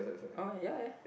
alright ya ya